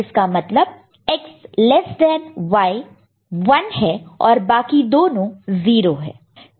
इसका मतलब X less than Y 1 है और बाकी दोनों 0 है